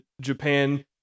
Japan